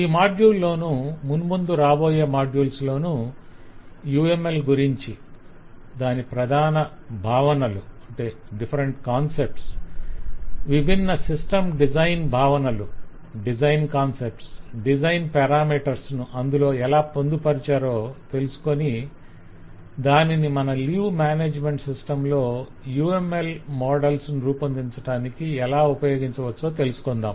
ఈ మాడ్యూల్ లోను మున్ముందు రాబోయే మాడ్యుల్స్ లోను UML గురించి దాని ప్రధాన భావనలను విభిన్న సిస్టం డిజైన్ భావనలను డిజైన్ పరామీటర్స్ ను అందులో ఎలా పొందుపరచాలో తెలుసుకొని దానిని మన లీవ్ మేనేజ్మెంట్ సిస్టం లో UML మోడల్స్ రూపొందించటానికి ఎలా ఉపయోగించవచ్చో తెలుసుకుందాం